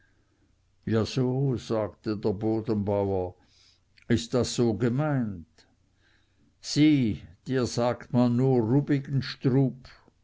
ja so sagte der bodenbauer ist das so gemeint sieh dir sagt man nur